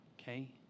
okay